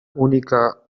única